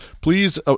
Please